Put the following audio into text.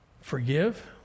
Forgive